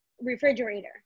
refrigerator